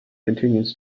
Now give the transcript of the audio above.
continues